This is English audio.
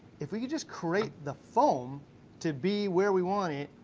if we could just create the foam to be where we want it,